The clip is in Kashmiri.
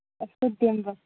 سُہ دِمہٕ بہٕ